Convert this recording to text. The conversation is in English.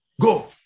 go